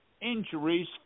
injuries